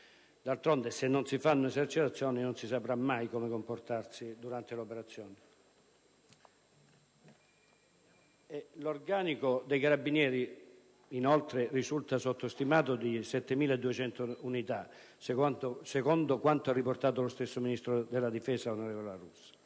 (d'altronde, se non si fanno esercitazioni non si saprà come comportarsi durante le operazioni). L'organico dei carabinieri, inoltre, risulta sottostimato di 7.200 unità, secondo quanto riportato dal Ministro della difesa, onorevole La Russa.